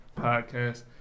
Podcast